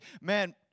Man